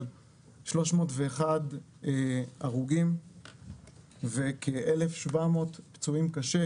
על 301 הרוגים וכ-1,700 פצועים קשה,